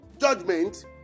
judgment